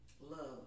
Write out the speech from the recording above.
love